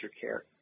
care